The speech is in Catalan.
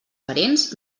parents